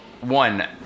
one